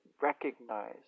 recognize